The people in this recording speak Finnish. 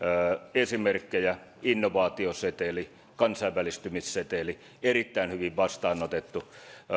esimerkkejä innovaatioseteli kansainvälistymisseteli erittäin hyvin vastaanotettu